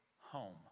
home